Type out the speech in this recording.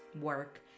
work